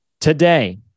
today